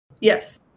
yes